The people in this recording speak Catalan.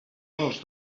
els